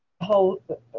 whole